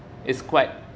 it's quite